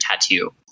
Tattoo